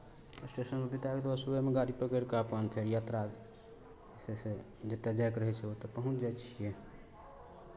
स्टेशनपर बिता कऽ सुबहमे गाड़ी पकड़ि कऽ अपन फेर यात्रा जे छै से जतय जायके रहै छै ओतय पहुँच जाइ छियै